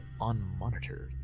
unmonitored